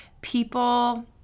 people